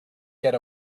get